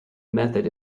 method